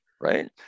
Right